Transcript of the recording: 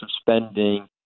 spending